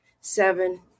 seven